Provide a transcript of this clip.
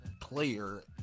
player